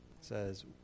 says